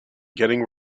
getting